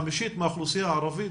חמישית מהאוכלוסייה הערבית,